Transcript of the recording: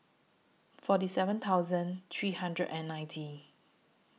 forty seven thousand three hundred and ninety